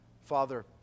Father